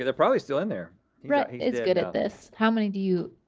and probably still in there. rhett is good at this. how many do you,